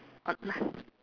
on